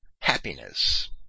happiness